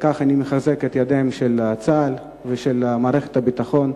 וכך אני מחזק את ידיהם של צה"ל ושל מערכת הביטחון,